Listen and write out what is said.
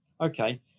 Okay